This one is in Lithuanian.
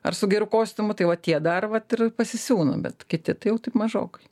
ar su geru kostiumu tai va tie dar vat ir pasisiūna bet kiti tai jau taip mažokai